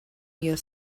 your